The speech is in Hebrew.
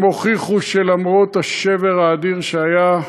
הם הוכיחו שלמרות השבר האדיר שהיה,